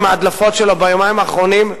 עם ההדלפות שלו ביומיים האחרונים,